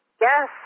Yes